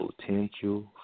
potential